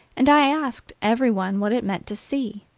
and i asked every one what it meant to see,